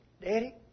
Daddy